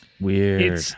Weird